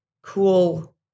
cool